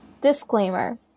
Disclaimer